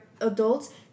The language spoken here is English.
adults